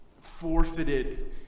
Forfeited